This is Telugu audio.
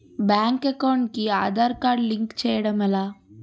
బ్యాంక్ అకౌంట్ కి ఆధార్ కార్డ్ లింక్ చేయడం ఎలా?